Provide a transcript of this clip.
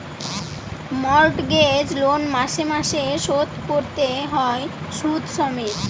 mortgage loan মাসে মাসে শোধ কোরতে হয় শুধ সমেত